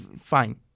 Fine